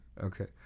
Okay